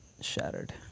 Shattered